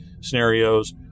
scenarios